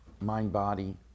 mind-body